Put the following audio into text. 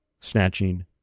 snatching